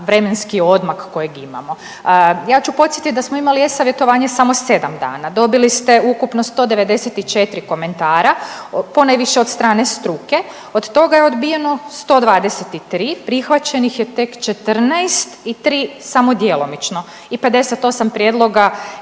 vremenski odmak kojeg imamo. Ja ću podsjetiti da smo imali e-savjetovanje samo 7 dana. Dobili ste ukupno 194 komentara, ponajviše od strane struke. Od toga je odbijeno 123, prihvaćenih je tek 14 i 3 samo djelomično i 58 prijedloga